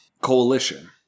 coalition